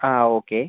ആ ഓക്കെ